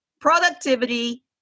productivity